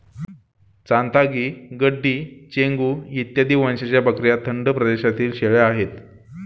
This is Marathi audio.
चांथागी, गड्डी, चेंगू इत्यादी वंशाच्या बकऱ्या थंड प्रदेशातील शेळ्या आहेत